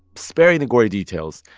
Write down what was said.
sparing the gory details,